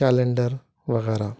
calendar وغیرہ